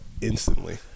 instantly